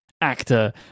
actor